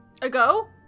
Ago